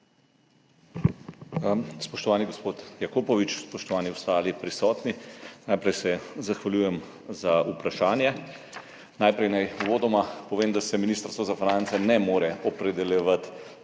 Spoštovani gospod Jakopovič, spoštovani ostali prisotni! Najprej se zahvaljujem za vprašanje. Najprej naj uvodoma povem, da se Ministrstvo za finance ne more opredeljevati